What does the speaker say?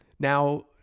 Now